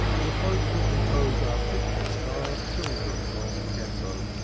the folk who compose our pictures are children of the ghetto